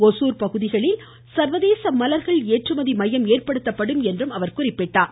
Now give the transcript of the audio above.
ஓசூர் பகுதிகளில் சர்வதேச மலர்கள் ஏற்றுமதி மையம் ஏற்படுத்தப்படும் என்றார்